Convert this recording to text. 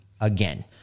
again